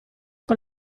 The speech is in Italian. con